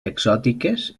exòtiques